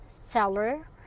seller